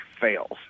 fails